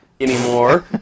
anymore